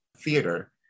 Theater